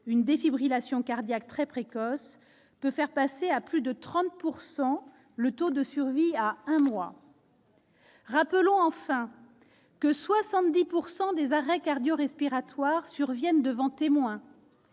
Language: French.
une défibrillation cardiaque très précoce -peut faire passer à plus de 30 % le taux de survie à un mois. C'est vrai ! Rappelons-nous enfin que 70 % des arrêts cardio-respiratoires surviennent devant témoins,